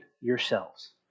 yourselves